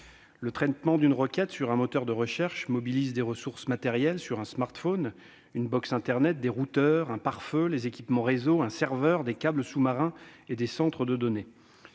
Le traitement d'une requête sur un moteur de recherche mobilise des ressources matérielles, un smartphone, une box internet, des routeurs, un pare-feu, des équipements réseau, un serveur, des câbles sous-marins et des centres de données.